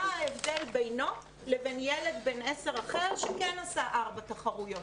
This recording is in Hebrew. מה ההבדל בינו לבין ילד בן עשר אחר שכן עשה ארבע תחרויות?